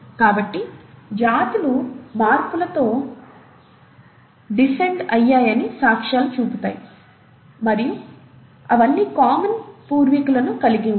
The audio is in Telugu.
కాబట్టి జాతులు మార్పులతో డెసెన్ద్ అయ్యాయని సాక్ష్యాలను చూపుతాయి మరియు అవి అన్నీ కామన్ పూర్వీకులను కలిగి ఉంటాయి